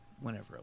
Whenever